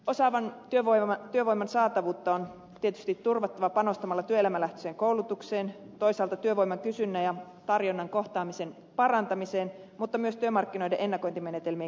osaavan työvoiman saatavuus on tietysti turvattava panostamalla työelämälähtöiseen koulutukseen toisaalta työvoiman kysynnän ja tarjonnan kohtaamisen parantamiseen mutta myös työmarkkinoiden ennakointimenetelmien kehittämiseen